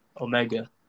Omega